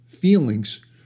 feelings